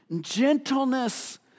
Gentleness